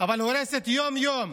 אבל הורסת יום-יום,